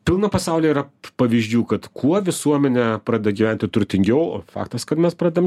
pilna pasauly yra pavyzdžių kad kuo visuomenė pradeda gyventi turtingiau o faktas kad mes pradedam